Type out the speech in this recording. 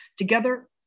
Together